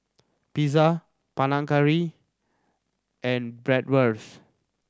Pizza Panang Curry and Bratwurst